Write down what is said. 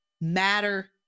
matter